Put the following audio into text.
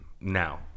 now